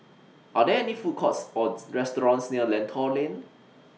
Are There Food Courts Or restaurants near Lentor Lane